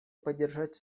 поддержать